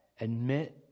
Admit